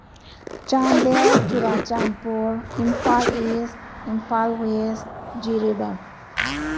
Chandel Churachandpur Imphal East Imphal West Jiribam